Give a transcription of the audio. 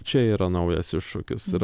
čia yra naujas iššūkis ir